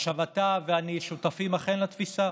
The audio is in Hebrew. עכשיו, אתה ואני שותפים אכן לתפיסה